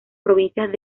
provincias